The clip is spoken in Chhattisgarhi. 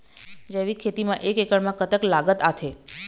जैविक खेती म एक एकड़ म कतक लागत आथे?